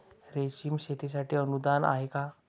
रेशीम शेतीसाठी अनुदान आहे का?